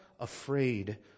Afraid